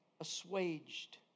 assuaged